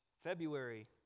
February